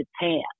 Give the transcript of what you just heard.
Japan